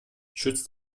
schützt